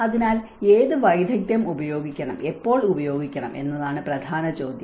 അതിനാൽ ഏത് വൈദഗ്ധ്യം ഉപയോഗിക്കണം എപ്പോൾ ഉപയോഗിക്കണം എന്നതാണ് പ്രധാന ചോദ്യം